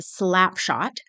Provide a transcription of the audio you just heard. Slapshot